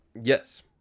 Yes